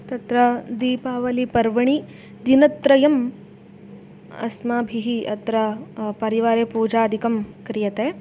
तत्र दीपावलिपर्वणि दिनत्रयम् अस्माभिः अत्र परिवारे पूजादिकं क्रियते